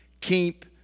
Keep